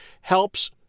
helps